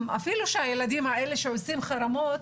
בעיניי, הילדים שעושים חרמות